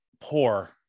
poor